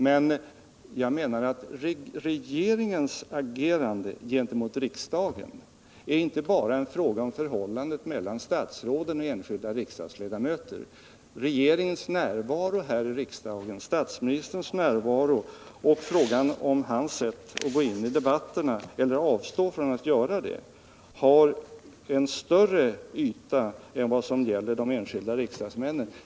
Jag anser emellertid att regeringens agerande gentemot riksdagen inte bara är en fråga om förhållandet mellan statsråd och enskilda riksdagsledamöter. Regeringens närvaro i riksdagen, statsministerns närvaro och frågan om hans sätt att gå in i debatterna eller avstå från att göra det, har större räckvidd än vad gäller förhållandet till de enskilda riksdagsmännen.